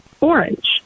orange